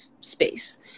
space